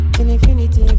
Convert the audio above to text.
infinity